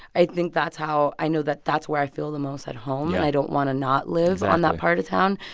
i think that's how i know that that's where i feel the most at home, and i don't want to not live on that part of town